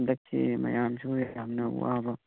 ꯍꯟꯗꯛꯀꯤ ꯃꯌꯥꯝꯁꯨ ꯌꯥꯝꯅ ꯋꯥꯕ